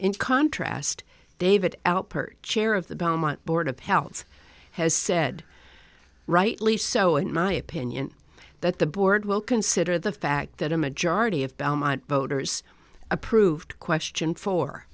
in contrast david out perch heir of the belmont board of health has said rightly so in my opinion that the board will consider the fact that a majority of voters approved question for